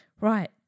right